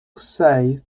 say